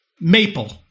Maple